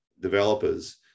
developers